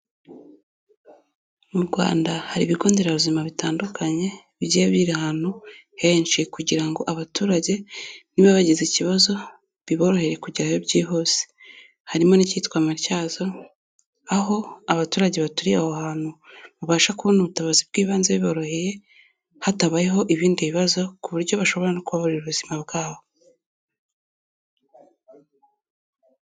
Mu Rwanda hari ibigo nderabuzima bitandukanye bigiye biri ahantu henshi kugira ngo abaturage niba bagize ikibazo biborohere kugerayo byihuse, harimo n'icyitwa Matyazo aho abaturage baturiye aho hantu babasha kubona ubutabazi bw'ibanze biboroheye hatabayeho ibindi bibazo ku buryo bashobora no kuhaburira ubuzima bwabo.